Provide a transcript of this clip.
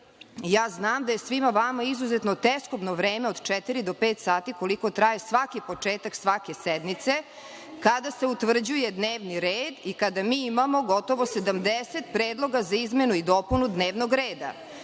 reda. Znam da je svima vama izuzetno teskobno vreme od četiri do pet sati, koliko traje svaki početak svake sednice, kada se utvrđuje dnevni red i kada mi imamo gotovo 70 predloga za izmenu i dopunu dnevnog reda.